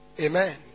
Amen